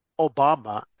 Obama